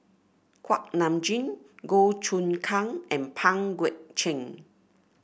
Kuak Nam Jin Goh Choon Kang and Pang Guek Cheng